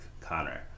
Connor